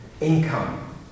income